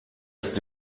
ist